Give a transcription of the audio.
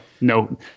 no